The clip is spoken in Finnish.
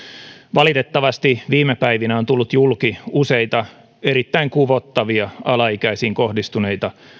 valitettavasti viime päivinä on tullut julki useita erittäin kuvottavia alaikäisiin kohdistuneita